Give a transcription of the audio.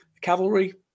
Cavalry